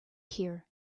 here